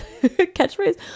Catchphrase